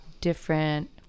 different